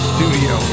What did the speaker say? Studio